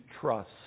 trust